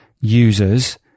users